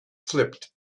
flipped